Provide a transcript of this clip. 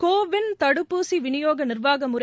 கோவ் win தடுப்பூசி விநியோக நிர்வாக முறை